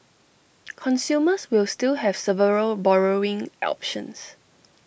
consumers will still have several borrowing options